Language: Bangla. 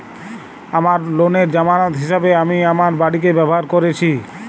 আমার লোনের জামানত হিসেবে আমি আমার বাড়িকে ব্যবহার করেছি